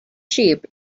sheep